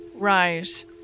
Rise